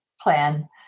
plan